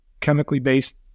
chemically-based